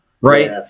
right